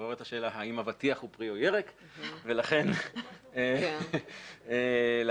שמתעוררת השאלה האם אבטיח הוא פרי ירק ולכן הצענו,